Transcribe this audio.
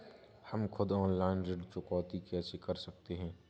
हम खुद ऑनलाइन ऋण चुकौती कैसे कर सकते हैं?